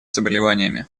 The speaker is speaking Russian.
заболеваниями